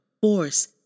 force